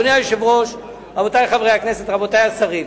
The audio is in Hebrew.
אדוני היושב-ראש, רבותי חברי הכנסת, רבותי השרים,